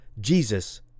Jesus